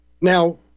Now